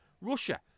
Russia